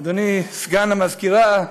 אדוני סגן המזכירה,